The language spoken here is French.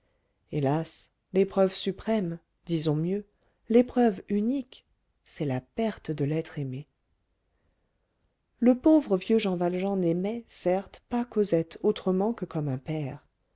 hélas l'épreuve suprême disons mieux l'épreuve unique c'est la perte de l'être aimé le pauvre vieux jean valjean n'aimait certes pas cosette autrement que comme un père